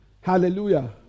Hallelujah